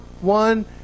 one